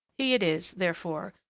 he it is, therefore,